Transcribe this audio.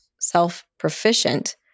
self-proficient